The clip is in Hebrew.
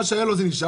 מה שהיה לו זה נשאר.